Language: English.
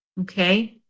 Okay